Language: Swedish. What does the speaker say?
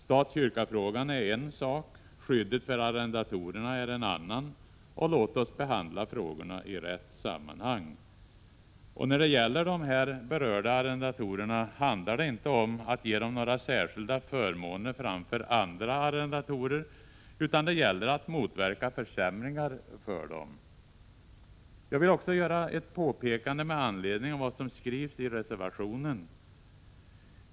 Stat-kyrka-frågan är en sak — skyddet för arrendatorerna är en annan. Och låt oss behandla frågorna i rätt sammanhang. När det gäller de här berörda arrendatorerna handlar det inte om att ge dem några särskilda förmåner framför andra arrendatorer, utan det gäller att motverka försämringar för dem. Jag vill också göra ett påpekande med anledning av vad som skrivs i reservation 1.